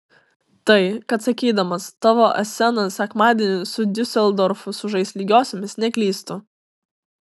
tai kad sakydamas tavo esenas sekmadienį su diuseldorfu sužais lygiosiomis neklystu